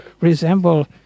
resemble